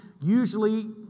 usually